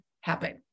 happen